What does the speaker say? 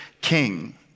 king